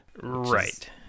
Right